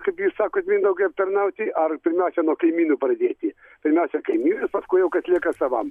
kaip jūs sakot mindaugai aptarnauti ar pirmiausia nuo kaimynų pradėti pirmiausia kaimynai paskui jau kas lieka savam